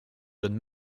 zones